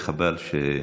וחבל.